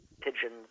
pigeons